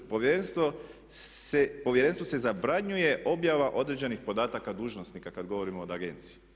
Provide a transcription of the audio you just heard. Povjerenstvu se zabranjuje objava određenih podataka dužnosnika kad govorimo o agenciji.